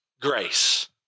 grace